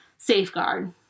Safeguard